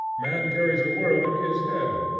man carries the world in his head,